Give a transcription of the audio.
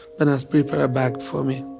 benas, prepare a bag for me.